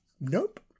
nope